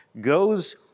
goes